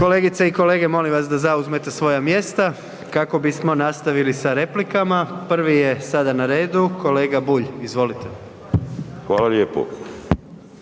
Kolegice i kolege molim vas da zauzmete svoja mjesta kako bismo nastavili sa replikama, prvi je sada na redu kolega Bulj. Izvolite. **Bulj,